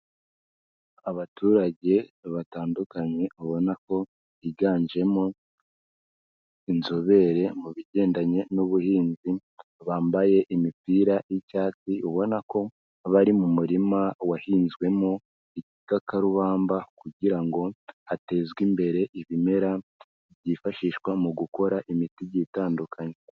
Abaturage batandukanye ubona ko higanjemo inzobere mu bigendanye n'ubuhinzi bambaye imipira y'icyatsi ubona ko bari mu murima wahinzwemo igikakarubamba kugira ngo hatezwe imbere ibimera byifashishwa mu gukora imiti igiye itandukanye.